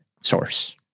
source